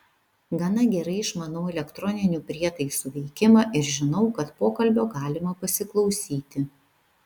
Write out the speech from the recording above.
gana gerai išmanau elektroninių prietaisų veikimą ir žinau kad pokalbio galima pasiklausyti